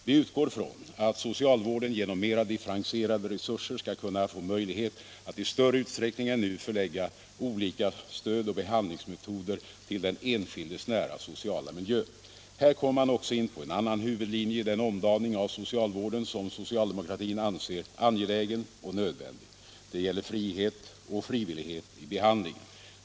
Vi utgår ifrån att socialvården genom mera differentierade resurser skall kunna få möjlighet att i större utsträckning än nu förlägga olika stöd och behandlingsmetoder till den enskildes nära sociala miljö. Där kommer man också in på en annan huvudlinje i den omdaning av socialvården som socialdemokratin anser angelägen och nödvändig. Det gäller frihet och frivillighet i behandling.